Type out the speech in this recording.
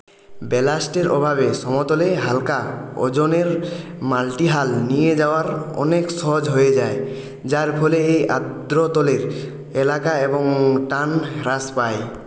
ব্যালাস্টের অভাবে সমতলে হাল্কা ওজনের মাল্টিহাল নিয়ে যাওয়ার অনেক সহজ হয়ে যায় যার ফলে এই আর্দ্র তলের এলাকা এবং টান হ্রাস পায়